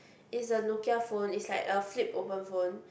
is a Nokia phone it's like a flip open phone